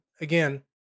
again